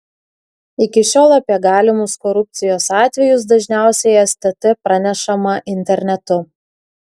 iki šiol apie galimus korupcijos atvejus dažniausiai stt pranešama internetu